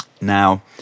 Now